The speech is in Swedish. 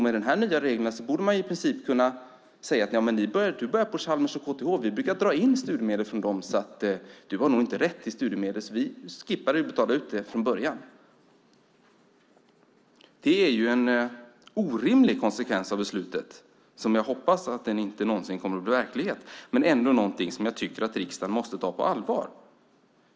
Med de nya reglerna borde man kunna säga: För dem som börjar på Chalmers och KTH brukar vi dra in studiemedel, så du har nog inte rätt till studiemedel. Redan från början skippar vi att betala ut studiemedel. Detta är en orimlig konsekvens av beslutet och något som aldrig någonsin, hoppas jag, blir verklighet. Ändå måste riksdagen ta detta på allvar.